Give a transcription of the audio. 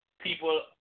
people